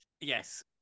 Yes